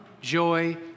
joy